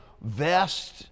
vest